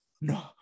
no